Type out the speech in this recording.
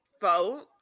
vote